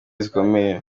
zikomeye